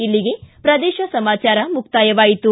ಇಲ್ಲಿಗೆ ಪ್ರದೇಶ ಸಮಾಚಾರ ಮುಕ್ತಾಯವಾಯಿತು